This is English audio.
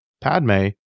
Padme